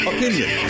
Opinion